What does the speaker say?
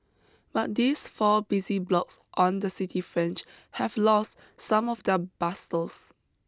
but these four busy blocks on the city fringe have lost some of their bustles